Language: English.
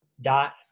dot